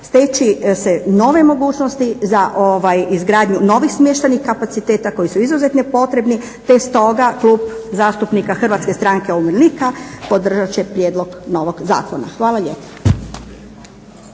steći se nove mogućnosti za izgradnju novih smještajnih kapaciteta koji su izuzetno potrebni te stoga Klub zastupnika HSU-a podržat će prijedlog novog zakona. Hvala lijepo.